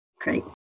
Great